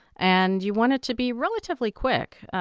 and you want it to be relatively quick.